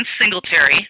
Singletary